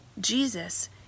Jesus